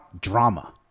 drama